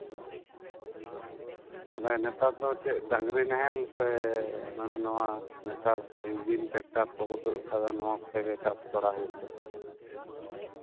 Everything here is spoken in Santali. ᱱᱮᱛᱟᱨ ᱫᱚ ᱪᱮᱫ ᱰᱟᱝᱨᱤ ᱱᱟᱦᱮᱞ ᱥᱮ ᱱᱚᱜᱼᱚᱭ ᱱᱚᱣᱟ ᱱᱮᱛᱟᱨ ᱤᱧᱡᱤᱱ ᱴᱨᱟᱴᱠᱟᱨ ᱠᱚᱠᱚ ᱛᱩᱫ ᱠᱟᱜ ᱱᱚᱣᱟ ᱛᱮᱜᱮ ᱪᱟᱥ ᱵᱟᱲᱟ ᱦᱩᱭᱩᱜ ᱠᱟᱱᱟ